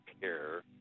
care